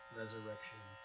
resurrection